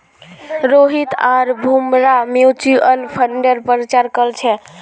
रोहित आर भूमरा म्यूच्यूअल फंडेर प्रचार कर छेक